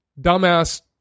dumbass